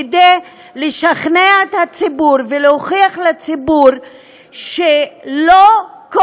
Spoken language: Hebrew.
כדי לשכנע את הציבור ולהוכיח לציבור שלא כל